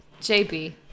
JB